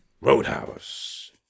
Roadhouse